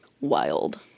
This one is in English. wild